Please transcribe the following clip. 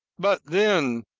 but then,